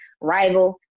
rival